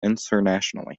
internationally